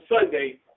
Sunday